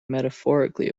metaphorically